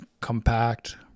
compact